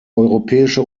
europäische